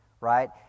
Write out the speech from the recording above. right